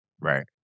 Right